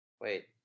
Wait